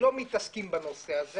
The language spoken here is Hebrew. לא מתעסקים בנושא הזה